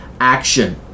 action